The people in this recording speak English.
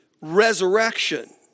resurrection